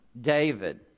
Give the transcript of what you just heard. David